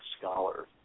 scholar